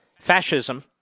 fascism